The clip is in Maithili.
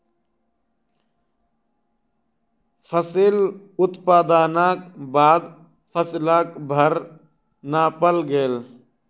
फसिल उत्पादनक बाद फसिलक भार नापल गेल